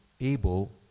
able